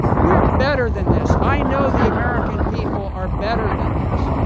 we're better than this. i know the american people are better than this.